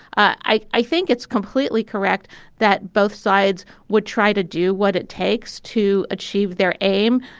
i i think it's completely correct that both sides would try to do what it takes to achieve their aim.